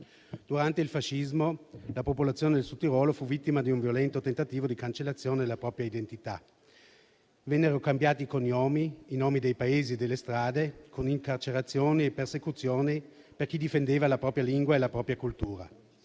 Durante il fascismo, la popolazione del Sud Tirolo fu vittima di un violento tentativo di cancellazione della propria identità: vennero cambiati i cognomi, i nomi dei paesi e delle strade, con incarcerazioni e persecuzioni per chi difendeva la propria lingua e la propria cultura.